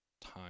time